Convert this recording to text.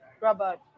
Robert